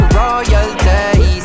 royalty